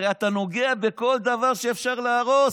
הרי אתה נוגע בכל דבר שאפשר להרוס,